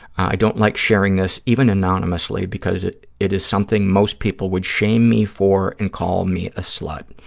i don't like sharing this, even anonymously, because it it is something most people would shame me for and call me a slut.